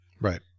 Right